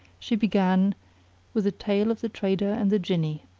she began with the tale of the trader and the jinni.